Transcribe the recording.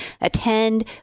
attend